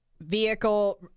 vehicle